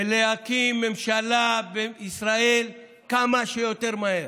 ולהקים ממשלה בישראל כמה שיותר מהר.